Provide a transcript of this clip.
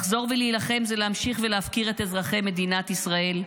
לחזור ולהילחם זה להמשיך ולהפקיר את אזרחי מדינת ישראל.